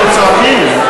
אתם צועקים.